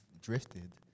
drifted